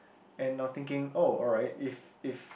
and I was thinking oh alright if if